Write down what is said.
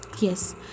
Yes